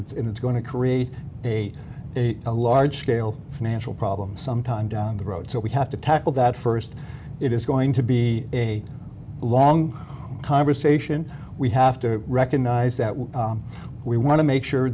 it's and it's going to create a large scale financial problem sometime down the road so we have to tackle that first it is going to be a long conversation we have to recognize that what we want to make sure